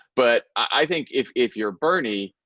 but i think, if if you're bernie,